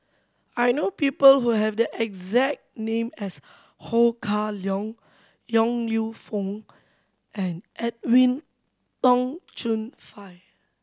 I know people who have the exact name as Ho Kah Leong Yong Lew Foong and Edwin Tong Chun Fai